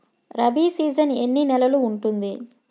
Rabi season ఎన్ని నెలలు ఉంటుంది?